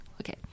Okay